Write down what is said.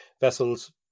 vessels